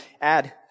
add